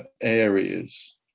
areas